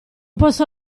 posso